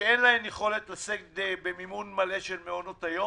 שאין להן יכולת לשאת במימון מלא של מעונות היום